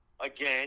Again